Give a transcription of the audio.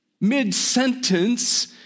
mid-sentence